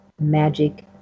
magic